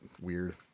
weird